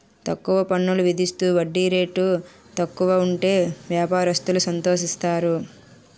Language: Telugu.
తక్కువ పన్నులు విధిస్తూ వడ్డీ రేటు తక్కువ ఉంటే వ్యాపారస్తులు సంతోషిస్తారు